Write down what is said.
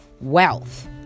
wealth